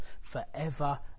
forever